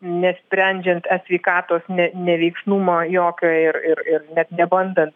nesprendžiant esveikatos ne neveiksnumo jokio ir ir ir net nebandant